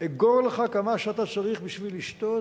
אגור לך כמה שאתה צריך בשביל לשתות